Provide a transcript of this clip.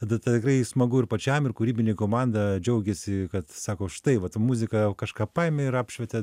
tada tegrai smagu ir pačiam ir kūrybinė komanda džiaugiasi kad sako štai vat muzika kažką paėmė ir apšvietė